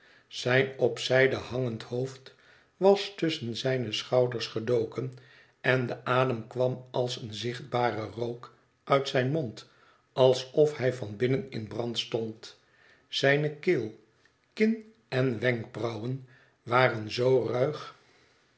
zijn op zijde hangend hoofd was tusschen zijne schouders gedoken en de adem kwam als een zichtbare rook uit zijn mond alsof hij van binnen in brand stond zijne keel kin en wenkbrauwen waren zoo ruig